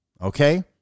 Okay